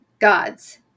gods